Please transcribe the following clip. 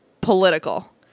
political